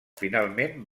finalment